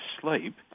sleep